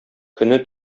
көне